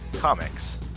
Comics